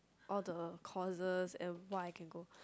all the courses and what I can go